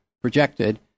projected